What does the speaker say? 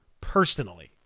personally